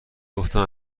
گفتم